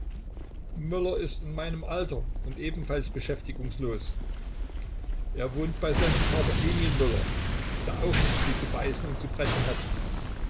möller ist in meinem alter und ebenfalls beschäftigungslos er wohnt bei seinem vater emil möller der auch nicht viel zu beißen und zu brechen hat